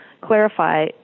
clarify